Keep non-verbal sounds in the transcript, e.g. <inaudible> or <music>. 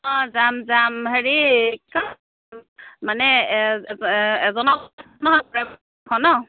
অঁ যাম যাম হেৰি মানে <unintelligible>